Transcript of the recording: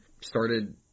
started